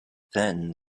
then